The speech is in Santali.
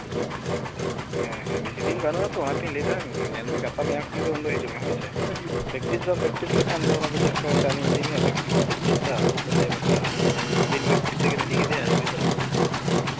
ᱦᱮᱸ ᱦᱮᱸ ᱵᱮᱥᱤ ᱫᱤᱱ ᱵᱟᱹᱱᱩᱜ ᱟᱛᱚ ᱚᱱᱟ ᱛᱤᱧ ᱞᱟᱹᱭᱫᱟ ᱧᱮᱞᱢᱮ ᱜᱟᱯᱟ ᱢᱮᱭᱟᱝ ᱠᱷᱚᱱᱜᱮ ᱩᱱᱫᱚ ᱦᱤᱡᱩᱜ ᱢᱮ ᱦᱳᱭᱥᱮ ᱯᱨᱮᱠᱴᱤᱥ ᱫᱚ ᱯᱨᱮᱠᱴᱤᱥ ᱞᱮᱠᱷᱟᱱ ᱫᱚ ᱪᱮᱫ ᱞᱮᱠᱟ ᱠᱟᱛᱮᱜ ᱟᱹᱢᱤᱧ ᱤᱫᱤ ᱢᱮᱭᱟ ᱵᱟᱠᱤ ᱠᱚ ᱞᱟᱹᱭᱟ ᱩᱱᱠᱩ ᱠᱚ ᱞᱟᱹᱭᱟ ᱵᱟᱠᱷᱟᱱ ᱫᱚᱦᱟᱜ ᱵᱤᱱ ᱯᱨᱮᱠᱴᱤᱥ ᱛᱮᱜᱮᱢ ᱤᱫᱤ ᱠᱮᱫᱮᱭᱟ ᱨᱩᱜᱤ ᱫᱚ